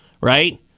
right